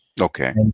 Okay